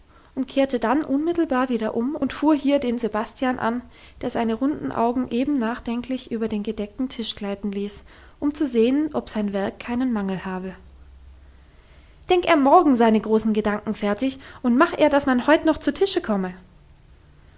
und kehrte dann unmittelbar wieder um und fuhr hier den sebastian an der seine runden augen eben nachdenklich über den gedeckten tisch gleiten ließ um zu sehen ob sein werk keinen mangel habe denk er morgen seine großen gedanken fertig und mach er dass man heut noch zu tische komme